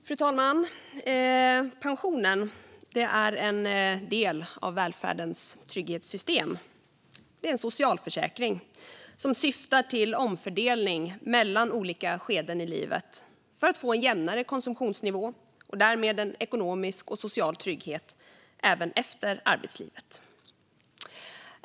Fru talman! Pensionen är en del av välfärdens trygghetssystem. Det är en socialförsäkring som syftar till omfördelning mellan olika skeden i livet för att få en jämnare konsumtionsnivå och därmed en ekonomisk och social trygghet även efter arbetslivet.